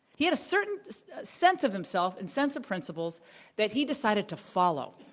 he had a certain so sense of himself and sense of principles that he decided to follow,